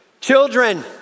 children